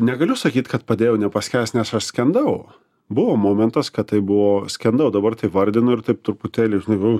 negaliu sakyt kad padėjo nepaskęst nes aš skendau buvo momentas kad tai buvo skendau dabar taip vardinu ir taip truputėlį žinai nu